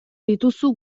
dituzu